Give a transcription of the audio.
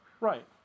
Right